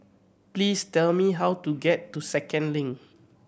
please tell me how to get to Second Link